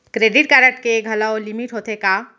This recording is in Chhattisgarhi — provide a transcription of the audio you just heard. क्रेडिट कारड के घलव लिमिट होथे का?